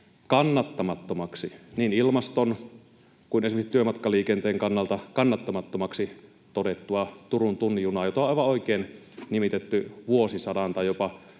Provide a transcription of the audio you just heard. hallituksessa tätä niin ilmaston kuin esimerkiksi työmatkaliikenteen kannalta kannattamattomaksi todettua Turun tunnin junaa, jota on aivan oikein nimitetty vuosisadan tai jopa